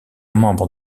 membre